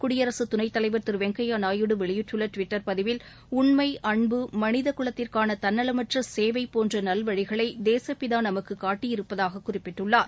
குடியரசுத் துணைத் தலைவர் திருவெங்கய்யாநாயுடு வெளியிட்டுள்ளடுவிட்டர் பதிவில் உன்மை அன்பு மனிதகுலத்திற்கானதன்னலமற்றசேவைபோன்றநல்வழிகளைதேசப்பிதாநமக்குகாட்டியிருப்பதாககுறிப்பிட்டுள்ளார்